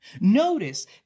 Notice